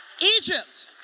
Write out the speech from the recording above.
Egypt